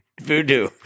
voodoo